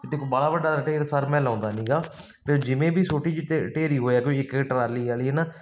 ਦੇਖੋ ਬਾਹਲਾ ਵੱਡਾ ਢੇਰ ਸਰ ਮੈਂ ਲਾਉਂਦਾ ਨਹੀਂ ਗਾ ਅਤੇ ਜਿਵੇਂ ਵੀ ਛੋਟੀ ਜੀ ਢੇਰ ਢੇਰੀ ਹੋਇਆ ਕੋਈ ਇੱਕ ਟਰਾਲੀ ਵਾਲੀ ਹੈ ਨਾ